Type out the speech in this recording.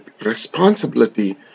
responsibility